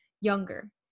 younger